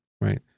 right